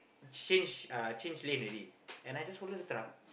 change uh change lane already and I just follow the truck